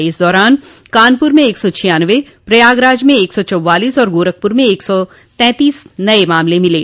वहीं इस दौरान कानपुर में एक सौ छियानवे प्रयागराज में एक सौ चौव्वालीस और गोरखपुर में एक सौ तैंतीस नये मामले मिले